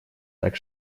так